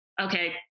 Okay